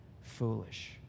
foolish